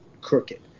crooked